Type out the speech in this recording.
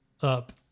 up